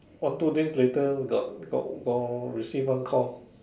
one two days later got got got receive one call